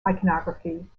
iconography